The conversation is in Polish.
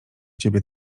ciebie